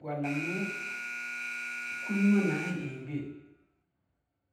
mgwalama kulme na'a eingbei